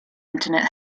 internet